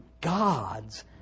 God's